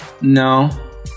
No